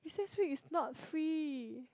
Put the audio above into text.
recess week is not free